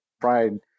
pride